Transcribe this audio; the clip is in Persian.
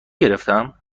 گرفتم